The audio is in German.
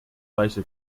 reiche